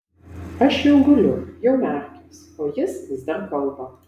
aš jau guliu jau merkiuos o jis vis dar kalba